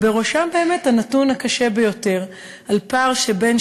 ובראשם באמת הנתון הקשה ביותר על פער של בין